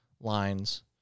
lines